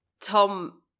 Tom